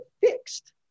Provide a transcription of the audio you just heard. fixed